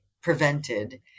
prevented